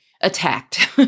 attacked